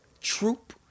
Troop